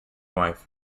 wife